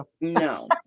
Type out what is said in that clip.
No